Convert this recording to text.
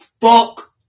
Fuck